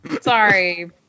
Sorry